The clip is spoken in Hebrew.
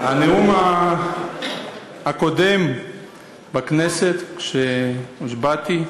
הנאום הקודם בכנסת, כשהושבעתי,